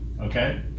okay